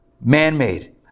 Man-made